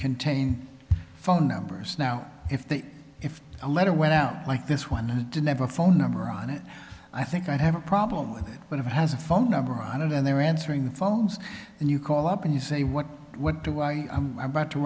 contain phone numbers now if the if a letter went out like this one didn't have a phone number on it i think i have a problem with it but it has a phone number on it and they're answering phones and you call up and you say what what do i